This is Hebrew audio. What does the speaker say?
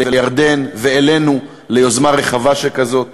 לירדן ואלינו ליוזמה רחבה שכזאת.